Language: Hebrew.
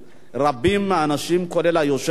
רבים מהאנשים, כולל היושב-ראש